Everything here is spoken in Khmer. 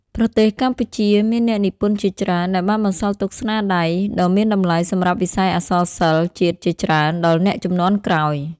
ប្រទេសកម្ពុជា មានអ្នកនិពន្ធជាច្រើនដែលបានបន្សល់ទុកស្នាដៃ ដ៏មានតម្លៃសម្រាប់វិស័យអក្សរសិល្ប៍ជាតិជាច្រើនដល់អ្នកជំនាន់ក្រោយ។